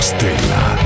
Stella